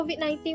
COVID-19